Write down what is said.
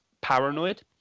paranoid